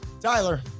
Tyler